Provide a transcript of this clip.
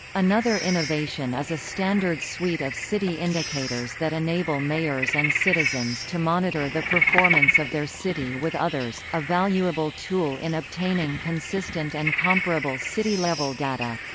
another innovation is a standard suite of city indicators that enable mayors and citizens to monitor the performance of their city with others, a valuable tool in obtaining consistent and comparable city-level data.